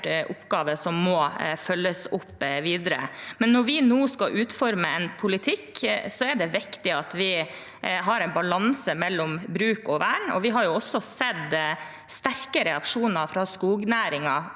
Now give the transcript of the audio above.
oppgave som må følges opp videre, men når vi nå skal utforme en politikk, er det viktig at vi har en balanse mellom bruk og vern. Vi har også sett sterke reaksjoner fra skognæringen